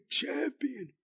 champion